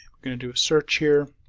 going to do a search here.